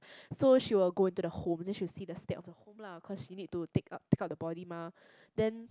so she will go the home then she will see the state of the home lah cause she need to take up to take up the body mah then